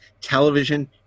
television